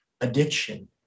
addiction